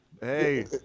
Hey